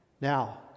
Now